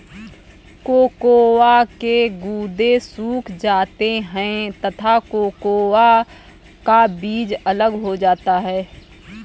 cocoa के गुदे सूख जाते हैं तथा कोकोआ का बीज अलग हो जाता है